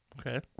Okay